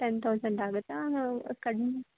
ten thousand ಆಗುತ್ತಾ ಹಾಂ ಕಡಿಮೆ